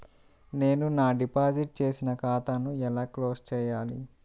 నేను నా డిపాజిట్ చేసిన ఖాతాను ఎలా క్లోజ్ చేయాలి?